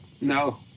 No